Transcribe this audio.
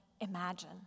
imagine